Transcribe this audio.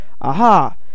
aha